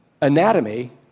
anatomy